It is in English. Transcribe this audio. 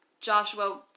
Joshua